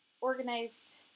organized